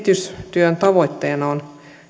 kehitystyön tavoitteena on